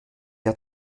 der